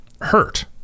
hurt